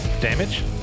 Damage